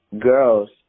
girls